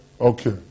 Okay